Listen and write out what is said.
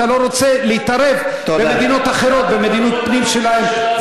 אתה לא רוצה להתערב למדינות אחרות במדיניות הפנים שלהן.